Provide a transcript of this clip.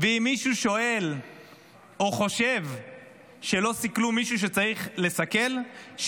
ואם מישהו שואל או חושב שלא סיכלו מישהו שצריך לסכל,